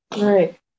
Right